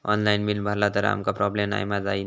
Online bill भरला तर काय प्रोब्लेम नाय मा जाईनत?